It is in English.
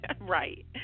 Right